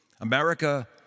America